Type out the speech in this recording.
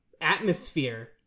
atmosphere